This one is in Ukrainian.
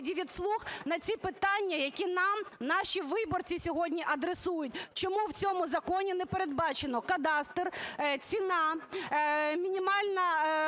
Дякую.